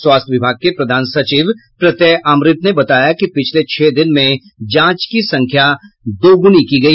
स्वास्थ्य विभाग के प्रधान सचिव प्रत्यय अमृत ने बताया कि पिछले छह दिन में जांच की संख्या दोगुनी हो गई